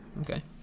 okay